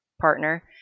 partner